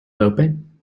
open